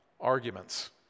Arguments